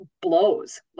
blows